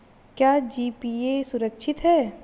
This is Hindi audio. क्या जी.पी.ए सुरक्षित है?